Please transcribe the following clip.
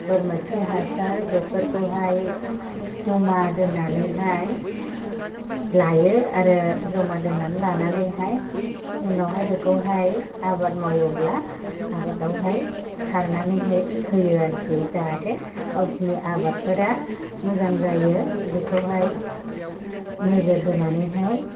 बोरमा खि हासार बेफोरखौहाय जमा दोन्नानैहाय लायो आरो जमा दोनना लानानैहाय उनावहाय बेखौहाय आबाद मावोब्ला आबादावहाय सारनानै होयो आरोखि जाहाथे गावसिनि आबादफोरा मोजां जायो बेखौहाय नोजोर होनानैहाय